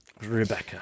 Rebecca